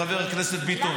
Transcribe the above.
חבר הכנסת ביטון.